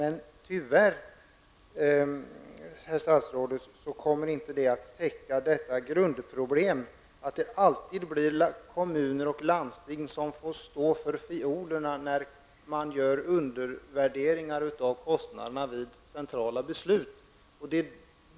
Det kommer tyvärr inte, herr statsråd, att lösa grundproblemet att kommuner och landsting alltid får stå för fiolerna när man gör undervärderingar av kostnaderna vid centrala beslut.